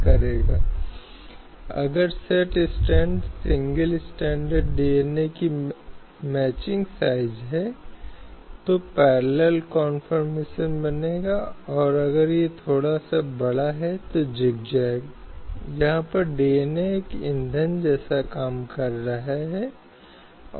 इसी तरह महिलाओं के रखरखाव का मुद्दा रहा है और क्या कोई व्यक्ति रखरखाव का दावा कर सकता है नियमित कानून के तहत या नागरिक आपराधिक प्रक्रिया के तहत ऐसे मुद्दे हैं जो कानून की अदालतों के समक्ष लगातार सामने आए हैं